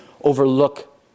overlook